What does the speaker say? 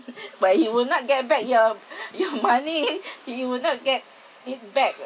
but you will not get back your your money you will not get it back